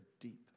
deep